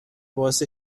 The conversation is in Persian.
باعث